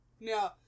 no